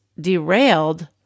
derailed